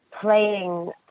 playing